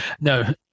No